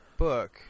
book